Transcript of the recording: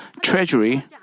treasury